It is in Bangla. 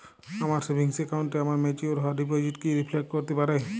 আমার সেভিংস অ্যাকাউন্টে আমার ম্যাচিওর হওয়া ডিপোজিট কি রিফ্লেক্ট করতে পারে?